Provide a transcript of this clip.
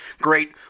great